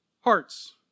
hearts